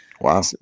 Wow